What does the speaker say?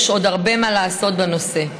יש עוד הרבה מה לעשות בנושא.